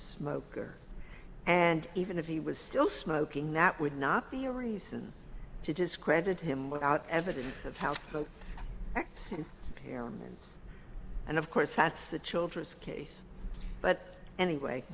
smoker and even if he was still smoking that would not be a reason to discredit him without evidence of how the vote acts and of course that's the children's case but anyway